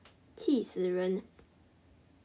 气死人